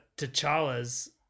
T'Challa's